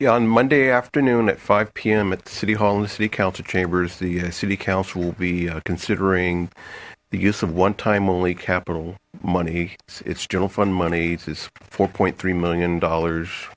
on monday afternoon at five zero p m at city hall in the city council chambers the city council will be considering the use of one time only capital money its general fund monies is four point three million dollars